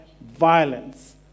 violence